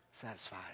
satisfied